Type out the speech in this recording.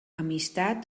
amistat